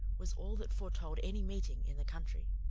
was all that foretold any meeting in the country.